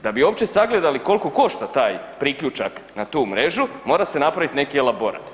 Da bi uopće sagledali koliko košta taj priključak na tu mrežu mora se napraviti neki elaborat.